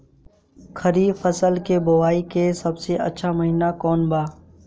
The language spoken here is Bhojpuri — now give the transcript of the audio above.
खरीफ फसल के बोआई के सबसे अच्छा महिना कौन बा?